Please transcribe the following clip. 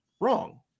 wrong